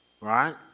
Right